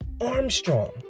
Armstrong